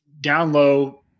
down-low